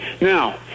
Now